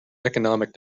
economic